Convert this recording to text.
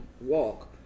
walk